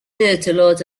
اطلاعات